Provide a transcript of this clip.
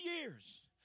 years